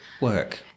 work